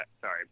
sorry